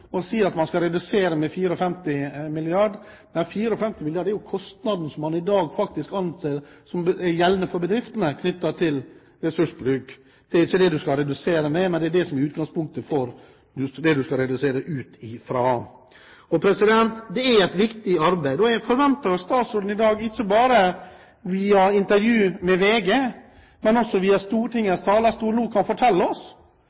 at man skal redusere med 54 mrd. kr. 54 mrd. kr er jo kostnaden som man i dag faktisk anser som gjeldende for bedriftene, knyttet til ressursbruk. Det er ikke det du skal redusere med – det er det som er utgangspunktet for det du skal redusere ut fra. Dette er et viktig arbeid, og jeg forventer at statsråden i dag, ikke bare via intervju med VG, men også via Stortingets talerstol kan fortelle oss